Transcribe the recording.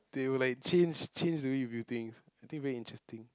they will like change change the way you view things I think very interesting